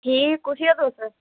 एह् कु